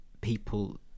people